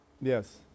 Yes